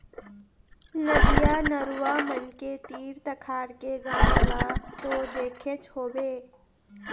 नदिया, नरूवा मन के तीर तखार के गाँव ल तो देखेच होबे